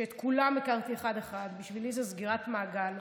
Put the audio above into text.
שאת כולם הכרתי אחד-אחד, בשבילי זו סגירת מעגל,